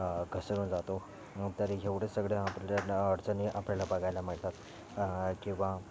घसरून जातो तरी एवढे सगळे आपल्या अडचणी आपल्याला बघायला मिळतात किंवा